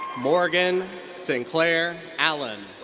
morgan sinclaire allen.